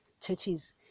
churches